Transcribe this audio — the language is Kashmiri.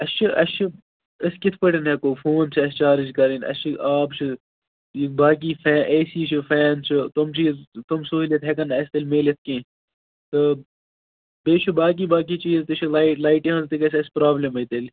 اَسہِ چھِ اَسہِ چھِ أسۍ کِتھٕ پٲٹھۍ ہٮ۪کو فون چھِ اَسہِ چارٕج کَرٕنۍ اَسہِ چھِ آب چھِ یہِ باقٕے فین اَے سی چھُ فین چھُ تِم چھِ تِم سہوٗلِیت ہٮ۪کن نہٕ اَسہِ تیٚلہِ میٖلِتھ کیٚنٛہہ تہٕ بیٚیہِ چھُ باقٕے باقٕے چیٖز تہِ چھِ لایٹ لایٹہِ ہٕنٛز تہِ گَژھِ اَسہِ پرٛابلِمٕے تیٚلہِ